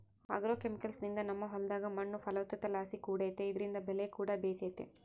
ಆಗ್ರೋಕೆಮಿಕಲ್ಸ್ನಿಂದ ನಮ್ಮ ಹೊಲದಾಗ ಮಣ್ಣು ಫಲವತ್ತತೆಲಾಸಿ ಕೂಡೆತೆ ಇದ್ರಿಂದ ಬೆಲೆಕೂಡ ಬೇಸೆತೆ